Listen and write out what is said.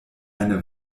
eine